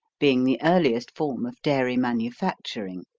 being the earliest form of dairy manufacturing,